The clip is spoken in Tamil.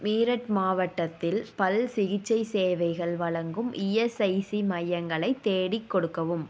மீரட் மாவட்டத்தில் பல் சிகிச்சை சேவைகள் வழங்கும் இஎஸ்ஐசி மையங்களைத் தேடிக் கொடுக்கவும்